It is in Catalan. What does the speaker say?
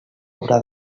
haurà